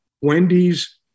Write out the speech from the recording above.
Wendy's